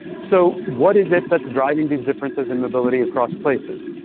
so what is it that's driving these differences in mobility across places,